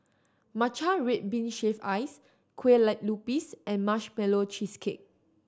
matcha red bean shaved ice kue lupis and Marshmallow Cheesecake